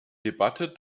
debatte